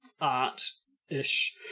art-ish